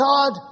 God